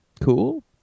cool